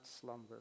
slumber